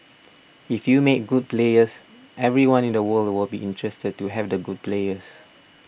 if you make good players everyone in the world will be interested to have the good players